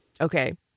Okay